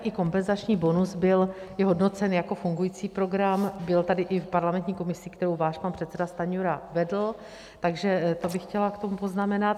I kompenzační bonus byl vyhodnocen jako fungující program, byl tady i v parlamentní komisi, kterou váš pan předseda Stanjura vedl, takže to bych chtěla k tomu poznamenat.